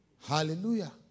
Hallelujah